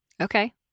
Okay